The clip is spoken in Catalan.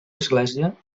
església